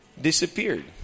disappeared